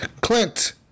Clint